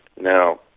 Now